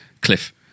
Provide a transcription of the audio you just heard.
cliff